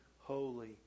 holy